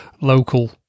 local